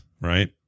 right